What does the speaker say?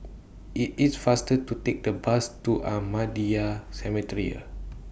IT IS faster to Take The Bus to Ahmadiyya Cemetery